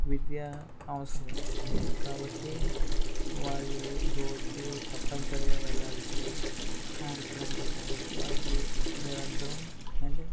విద్య అవసరమే కాబట్టి వాళ్ళు రోజు తప్పనిసరిగా వెళ్ళాల్సిన కార్యక్రమం కాబట్టి వాళ్ళకి నిరంతరం అంటే